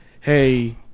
hey